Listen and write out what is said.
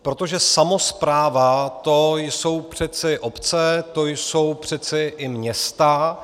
Protože samospráva, to jsou přece obce, to jsou přece i města.